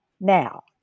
now